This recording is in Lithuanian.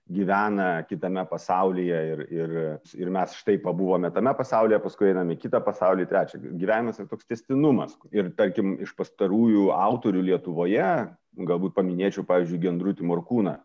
gyvena kitame pasaulyje ir ir ir mes štai pabuvome tame pasaulyje paskui einam į kitą pasaulį į trečią gyvenimas yra toks tęstinumas ir tarkim iš pastarųjų autorių lietuvoje galbūt paminėčiau pavyzdžiui gendrutį morkūną